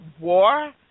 war